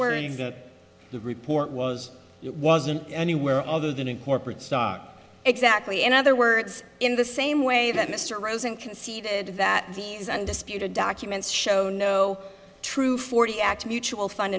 words the report was it wasn't anywhere other than in corporate stock exactly in other words in the same way that mr rosen conceded that these undisputed documents show no true forty x mutual fund